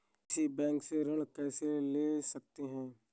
किसी बैंक से ऋण कैसे ले सकते हैं?